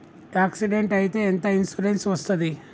Accident అయితే ఎంత insurance వస్తది?